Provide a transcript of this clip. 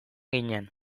ginen